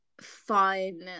fun